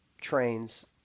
trains